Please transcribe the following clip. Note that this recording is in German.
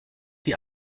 die